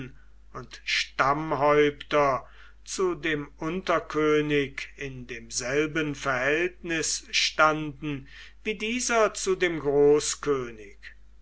und stammhäupter zu dem unterkönig in demselben verhältnis standen wie dieser zu dem